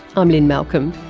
i'm lynne malcolm.